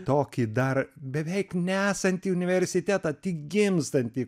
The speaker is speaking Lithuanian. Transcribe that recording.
tokį dar beveik nesantį universitetą tik gimstantį